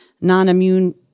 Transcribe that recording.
non-immune